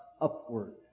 upward